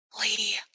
Lady